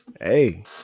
Hey